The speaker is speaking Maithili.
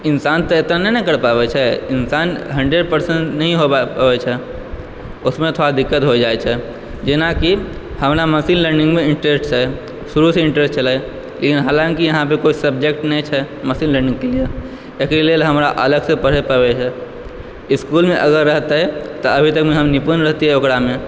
इन्सान तऽ एते नहि ने करि पाबै छै इन्सान हन्ड्रेड परसेन्ट नहि होइ छै उसमे थोड़ा दिक्कत हो जाइ छै जेनाकि हमरा मशीन लर्निंगमे इन्टरेस्ट छै शुरूसँ इन्टरेस्ट छलै हालाँकि यहाँपर कोइ सब्जेक्ट नहि छै मशीन लर्निंगके लिए एकरे लेल हमरा अलगसँ पढ़ै पड़ै छै इसकुलमे अगर रहतै तऽ अभी तकमे हम निपुण रहतिए ओकरामे